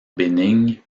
bénigne